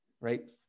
right